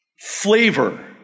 flavor